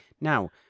Now